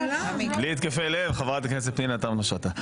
בלי התקפי לב, חברת הכנסת פנינה תמנו שטה.